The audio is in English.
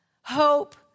hope